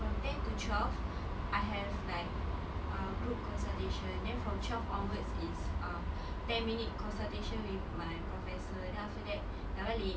from ten to twelve I have like uh group consultation then from twelve onwards is um ten minute consultation with my professor then after that dah balik